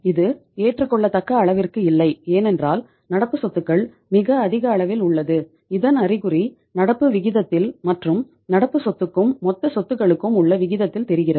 இது ஏற்றுக்கொள்ளத்தக்க அளவிற்கு இல்லை ஏனென்றால் நடப்பு சொத்துக்கள் மிக அதிக அளவில் உள்ளது இதன் அறிகுறி நடப்பு விகிதத்தில் மற்றும் நடப்பு சொத்துக்கும் மொத்த சொத்துக்களுக்கும் உள்ள விகித்தில் தெரிகிறது